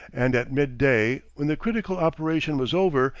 and at mid-day, when the critical operation was over,